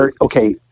Okay